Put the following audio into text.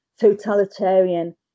totalitarian